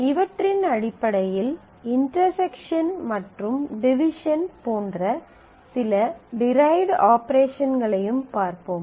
இவற்றின் அடிப்படையில் இண்டெர்செக்ஷன் மற்றும் டிவிசன் போன்ற சில டிரைவ்ட் ஆபரேஷன்களையும் பார்ப்போம்